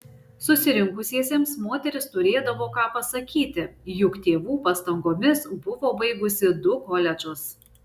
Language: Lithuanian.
susirinkusiesiems moteris turėdavo ką pasakyti juk tėvų pastangomis buvo baigusi du koledžus